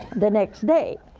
the next day,